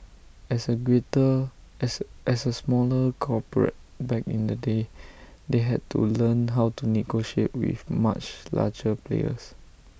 as A greater as as A smaller corporate back in the day they had to learn how to negotiate with much larger players